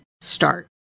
start